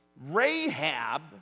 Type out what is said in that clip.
Rahab